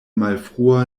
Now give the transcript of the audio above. malfrua